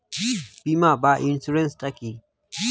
বিমা বা ইন্সুরেন্স টা কি?